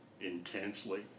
intensely